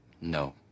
No